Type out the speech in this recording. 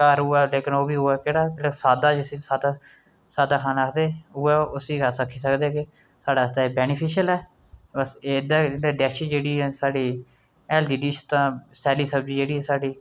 घर होऐ लेकिन ओह्बी होऐ केह्ड़ा जेह्ड़ा साद्दा जिसी साद्दा साद्दा खाना आखदे उ'ऐ उसी गै अस आक्खी सकदे कि साढ़े आस्तै एह् वैनीफेशियल ऐ अस एह्दे डिश जेह्ड़ी ऐ साढ़ी हैल्दी डिश तां सैल्ली सब्जी जेह्ड़ी साढ़ी